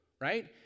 right